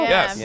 Yes